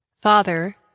Father